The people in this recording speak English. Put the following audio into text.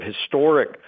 historic